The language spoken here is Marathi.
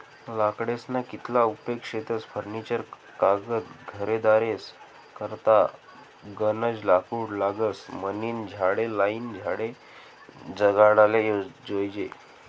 लाकडेस्ना कितला उपेग शेतस फर्निचर कागद घरेदारेस करता गनज लाकूड लागस म्हनीन झाडे लायीन झाडे जगाडाले जोयजे